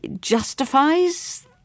justifies